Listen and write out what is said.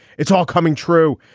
it's all coming true.